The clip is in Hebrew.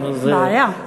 בעיה.